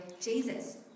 Jesus